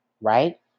Right